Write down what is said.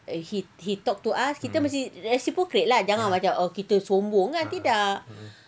he he talk to us kita mesti reciprocate lah jangan macam oh kita sombong kan tidak